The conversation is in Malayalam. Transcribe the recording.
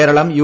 കേരളം യു